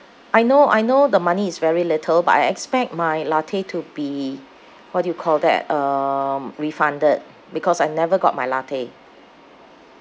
I know I know the money is very little but I expect my latte to be what do you call that um refunded because I never got my latte